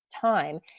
time